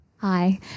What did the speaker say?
Hi